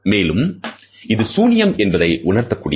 மேலும் இது சூனியம் என்பதை உணர்த்தக் கூடியது